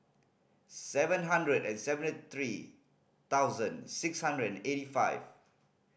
seven hundred and seventy three thousand six hundred and eighty five